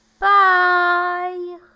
Bye